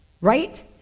Right